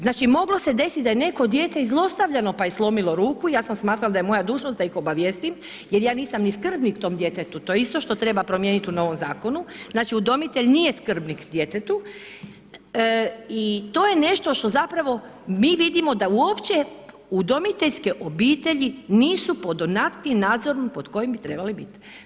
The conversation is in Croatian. Znači moglo se desiti da je neko dijete i zlostavljano pa je slomilo ruku, ja sam smatrala da je moja dužnost da ih obavijestim jer ja nisam ni skrbnik tom djetetu, to je isto što treba promijeniti u novom zakonu, znači udomitelj nije skrbnik djetetu i to je nešto što zapravo mi vidimo da uopće udomiteljske obitelji nisu pod onakvim nadzorom pod kojim bi trebale biti.